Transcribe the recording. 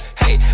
hey